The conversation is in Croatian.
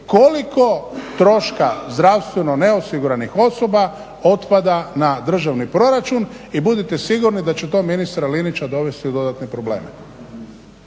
koliko troška zdravstveno neosiguranih osoba otpada na državni proračun i budite sigurni da će to ministra Linića dovesti u dodatne probleme.